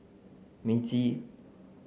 Meiji